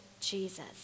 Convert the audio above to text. Jesus